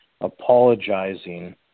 apologizing